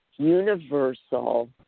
universal